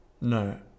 No